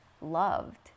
loved